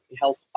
health